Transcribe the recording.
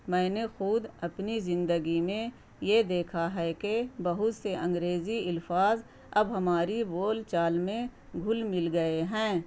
میں نے خود اپنی زندگی میں یہ دیکھا ہے کہ بہت سے انگریزی الفاظ اب ہماری بول چال میں گھل مل گئے ہیں